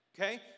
okay